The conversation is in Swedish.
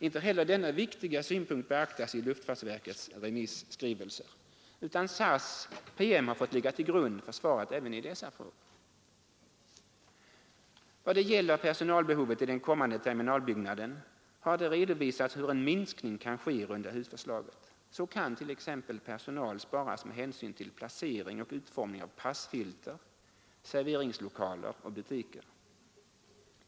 Inte heller denna viktiga synpunkt beaktas i luftfartsverkets remisskrivelse, utan SAS:s PM har fått ligga till grund för svaret även i dessa frågor. Vad gäller personalbehovet i den kommande terminalbyggnaden har det redovisats hur en minskning kan ske i rundahusförslaget. Så kan t.ex. personal sparas med hänsyn till placering och utformning av passfilter, serveringslokaler och butiker.